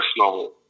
personal